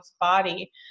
body